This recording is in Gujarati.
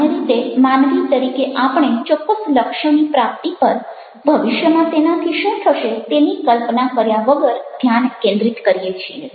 સામાન્ય રીતે માનવી તરીકે આપણે ચોક્કસ લક્ષ્યોની પ્રાપ્તિ પર ભવિષ્યમાં તેનાથી શું થશે તેની કલ્પના કર્યા વગર ધ્યાન કેન્દ્રિત કરીએ છીએ